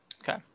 Okay